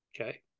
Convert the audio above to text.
okay